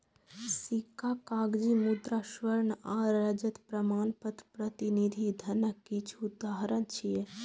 सिक्का, कागजी मुद्रा, स्वर्ण आ रजत प्रमाणपत्र प्रतिनिधि धनक किछु उदाहरण छियै